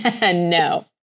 No